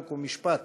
חוק ומשפט